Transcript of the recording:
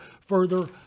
further